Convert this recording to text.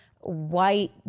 white